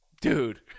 dude